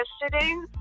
yesterday